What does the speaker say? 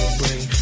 bring